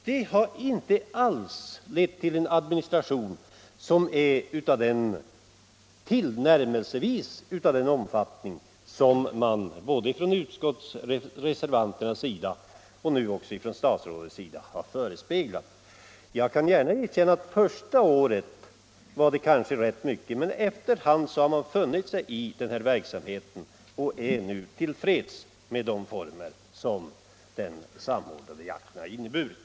Detta har inte alls lett till en administration av tillnärmelsevis den omfattning som både utskottsreservanterna och nu också statsrådet har förespeglat oss. Jag kan gärna erkänna att första året var det kanske rätt mycket irritation, men efter hand har man funnit sig i denna verksamhet och är nu till freds med de former som den samordnade jakten har inneburit.